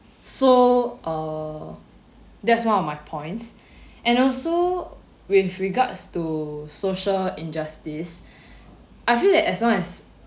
so uh that's one of my points and also with regards to social injustice I feel that as long as